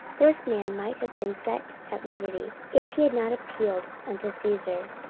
this man might have been set at liberty, if he had not appealed unto caesar.